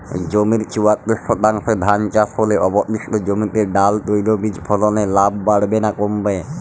জমির চুয়াত্তর শতাংশে ধান চাষ হলে অবশিষ্ট জমিতে ডাল তৈল বীজ ফলনে লাভ বাড়বে না কমবে?